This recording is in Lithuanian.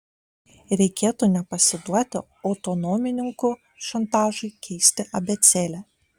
reikėtų nepasiduoti autonomininkų šantažui keisti abėcėlę